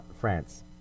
France